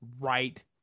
right